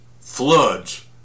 floods